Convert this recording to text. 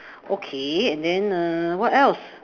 okay and then err what else